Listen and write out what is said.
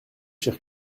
chers